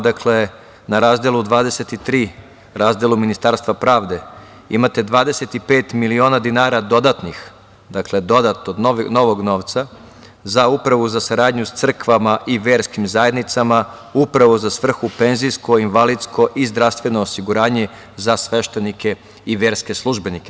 Dakle, na Razdelu 23, razdelu Ministarstva pravde imate 25 miliona dinara dodatnih, dakle dodatog novog novca za Upravu za saradnju sa crkvama i verskim zajednicama upravo za svrhu penzijskog, invalidskog i zdravstvenog osiguranja za sveštenike i verske službenike.